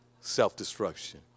Self-destruction